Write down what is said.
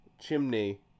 Chimney